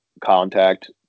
contact